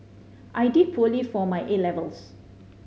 I did poorly for my A levels